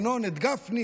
ינון את גפני,